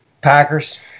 Packers